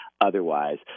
otherwise